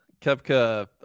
Kepka